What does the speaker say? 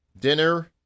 dinner